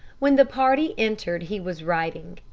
when the party entered he was writing,